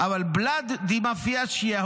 ואי-אפשר לדמיין את מרוקו ללא